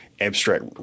abstract